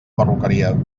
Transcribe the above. perruqueria